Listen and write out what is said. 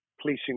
Policing